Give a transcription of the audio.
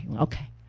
Okay